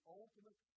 ultimate